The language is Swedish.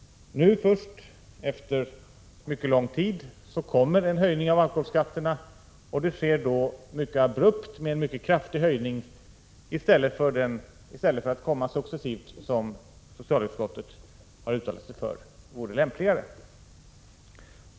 Först nu, efter mycket lång tid, kommer en höjning av alkoholskatterna. Det sker då mycket abrupt, med en mycket kraftig höjning, i stället för att komma successivt som socialutskottet har uttalat sig för vore lämpligare.